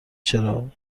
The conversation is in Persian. چرا